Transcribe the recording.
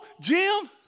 Jim